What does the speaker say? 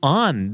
on